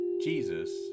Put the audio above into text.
Jesus